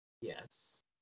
Yes